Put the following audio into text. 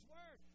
Word